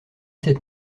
cette